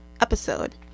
episode